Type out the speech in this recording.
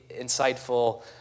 insightful